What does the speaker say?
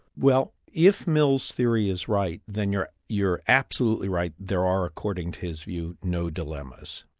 well if mill's theory is right, then you're you're absolutely right, there are, according to his view, no dilemmas,